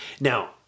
Now